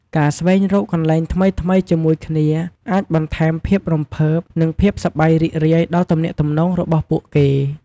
ការស្វែងរកកន្លែងថ្មីៗជាមួយគ្នាអាចបន្ថែមភាពរំភើប និងភាពសប្បាយរីករាយដល់ទំនាក់ទំនងរបស់ពួកគេ។